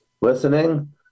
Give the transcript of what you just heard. listening